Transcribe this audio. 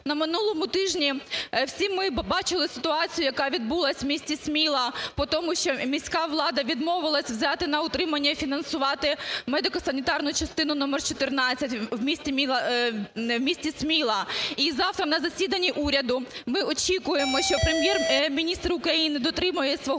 На минулому тижні всі ми побачили ситуацію, яка відбулась в місті Сміла по тому, що міська влада відмовилась взяти на утримання і фінансувати медико-санітарну частину номер 14 в місті Сміла. І завтра на засіданні уряду, ми очікуємо, що Прем'єр-міністр України дотримає свого